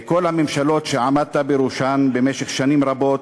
כל הממשלות שעמדת בראשן במשך שנים רבות.